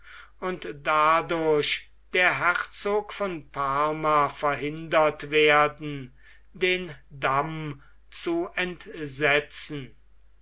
und dadurch der herzog von parma verhindert werden den damm zu entsetzen